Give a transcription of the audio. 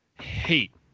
hate